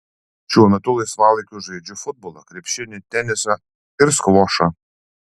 šiuo metu laisvalaikiu žaidžiu futbolą krepšinį tenisą ir skvošą